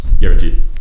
guaranteed